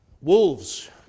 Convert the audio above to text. wolves